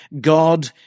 God